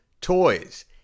toys